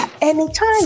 anytime